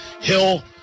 Hill